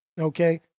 Okay